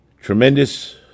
Tremendous